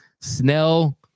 Snell